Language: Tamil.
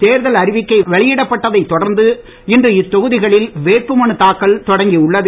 தேர்தல் அறிவிக்கை முதல் வெளியிடப்பட்டதைத் தொடர்ந்து இன்று இத்தொகுதிகளில் வேட்பு மனு தாக்கல் தொடங்கி உள்ளது